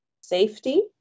safety